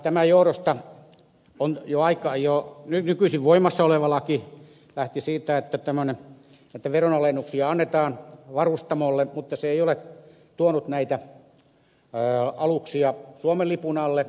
tämän johdosta jo nykyisin voimassa oleva laki lähti siitä että veronalennuksia annetaan varustamoille mutta se ei ole tuonut näitä aluksia suomen lipun alle